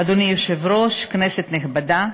אדוני היושב-ראש, כנסת נכבדה,